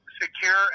secure